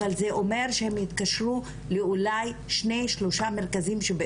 אבל זה אומר שהם יתקשרו אולי לשניים או שלושה מרכזים שנמצאים